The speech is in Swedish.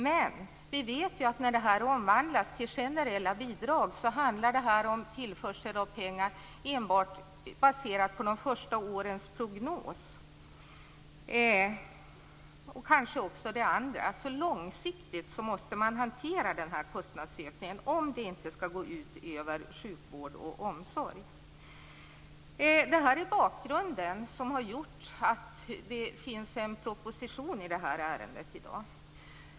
Men vi vet att när det här omvandlas till generella bidrag handlar det om tillförsel av pengar enbart baserad på det första och kanske också på det andra årets prognos. Långsiktigt måste man hantera den här kostnadsökningen, om den inte skall gå ut över sjukvård och omsorg. Detta är bakgrunden till att vi i dag har en proposition att behandla i det här ärendet.